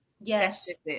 Yes